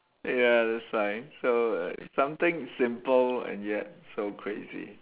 ya that's why so something simple and yet so crazy